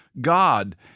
God